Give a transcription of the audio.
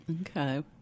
Okay